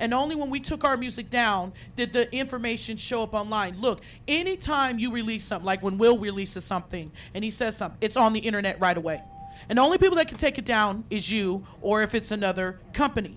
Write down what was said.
and only when we took our music down did the information show up on line look any time you release something like when will we lisa something and he says something it's on the internet right away and only people that can take it down is you or if it's another company